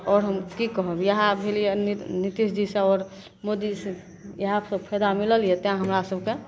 आओर हम कि कहब इएह भेल यऽ नितीशजीसे आओर मोदीजीसे इइह फायदा मिलल यऽ तेँ हमरा सभकेँ